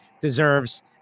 deserves